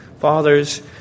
fathers